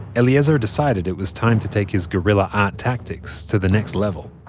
eliezer decided it was time to take his guerilla-art ah tactics to the next level